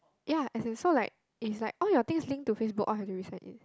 ya as in so like is like all your things link to Facebook all have to resign in